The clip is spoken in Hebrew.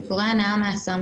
סיפורי הנאה מהסם,